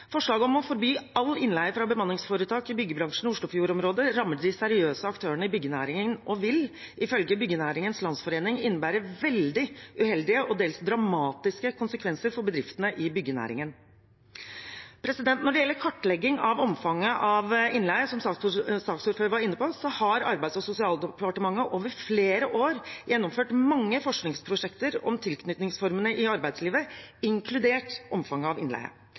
Forslaget om å forby all innleie fra bemanningsforetak i byggebransjen i Oslofjord-området, rammer de seriøse aktørene i byggenæringen og vil, ifølge Byggenæringens Landsforening, innebære veldig uheldige og dels dramatiske konsekvenser for bedriftene i byggenæringen. Når det gjelder kartlegging av omfanget av innleie, som saksordføreren var inne på, har Arbeids- og sosialdepartementet over flere år gjennomført mange forskningsprosjekter om tilknytningsformene i arbeidslivet, inkludert omfanget av innleie. I tillegg har Fafo også gjennomført en kartlegging av hvordan bestemmelser om innleie